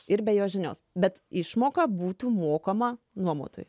ir be jo žinios bet išmoka būtų mokama nuomotojui